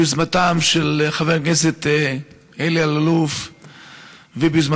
ביוזמתם של חבר הכנסת אלי אלאלוף וביוזמתך,